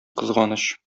кызганыч